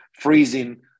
freezing